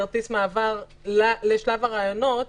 כרטיס מעבר לשלב הראיונות,